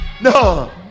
No